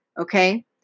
Okay